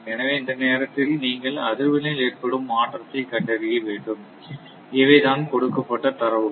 எனவே இந்த நேரத்தில் நீங்கள் அதிர்வெண்ணில் ஏற்படும் மாற்றத்தை கண்டறியவேண்டும் இவைதான் கொடுக்கப்பட்ட தரவுகள்